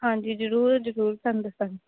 ਹਾਂਜੀ ਜ਼ਰੂਰ ਜ਼ਰੂਰ ਤੁਹਾਨੂੰ ਦੱਸਾਂਗੇ